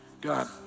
God